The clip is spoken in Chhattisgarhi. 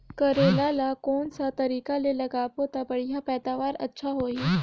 करेला ला कोन सा तरीका ले लगाबो ता बढ़िया पैदावार अच्छा होही?